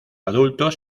adultos